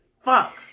Fuck